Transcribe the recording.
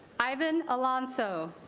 ivan alonso